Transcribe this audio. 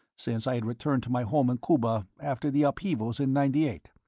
since i had returned to my home in cuba after the upheavals in ninety eight.